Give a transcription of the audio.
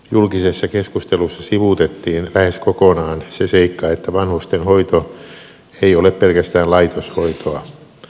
julkisessa keskustelussa sivuutettiin lähes kokonaan se seikka että vanhustenhoito ei ole pelkästään laitoshoitoa